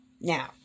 Now